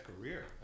career